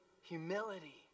Humility